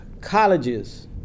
colleges